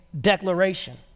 declaration